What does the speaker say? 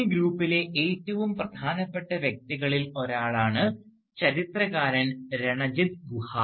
ഈ ഗ്രൂപ്പിലെ ഏറ്റവും പ്രധാനപ്പെട്ട വ്യക്തികളിൽ ഒരാളാണ് ചരിത്രകാരൻ രണജിത് ഗുഹ